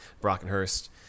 Brockenhurst